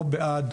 או בעד,